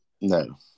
No